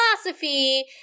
philosophy